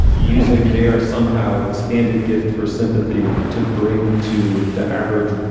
using their somehow expanded gift for sympathy. to bring to the average,